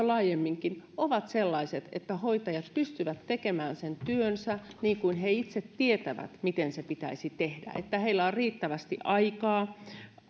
laajemminkin ovat sellaiset että hoitajat pystyvät tekemään sen työnsä niin kuin he itse tietävät miten se pitäisi tehdä että heillä on riittävästi aikaa